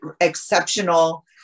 exceptional